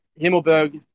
Himmelberg